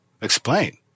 explain